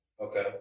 Okay